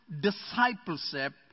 discipleship